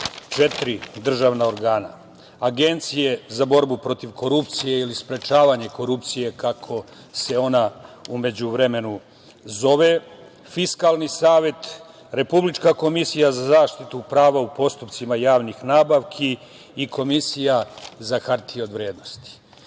četiri državna organa – Agencije za borbu protiv korupcije ili sprečavanje korupcije, kako se ona u međuvremenu zove, Fiskalni savet, Republička komisija za zaštitu prava u postupcima javnih nabavki i Komisija za hartije od vrednosti.